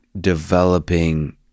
developing